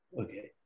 Okay